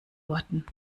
worten